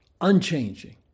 unchanging